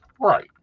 Right